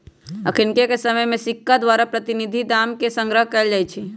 अखनिके समय में सिक्का द्वारा प्रतिनिधि दाम के संग्रह कएल जाइ छइ